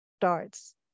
starts